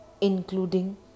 including